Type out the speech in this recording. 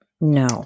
No